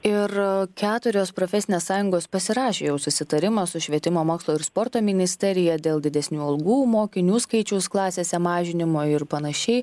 ir keturios profesinės sąjungos pasirašė jau susitarimą su švietimo mokslo ir sporto ministerija dėl didesnių algų mokinių skaičiaus klasėse mažinimo ir panašiai